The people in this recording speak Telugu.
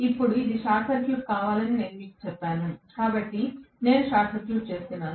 ఇప్పుడు ఇది షార్ట్ సర్క్యూట్ కావాలని నేను మీకు చెప్పాను కాబట్టి నేను షార్ట్ సర్క్యూట్ చేస్తున్నాను